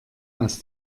aus